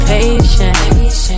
Patience